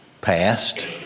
passed